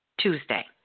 Tuesday